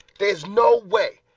there's no way!